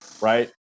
right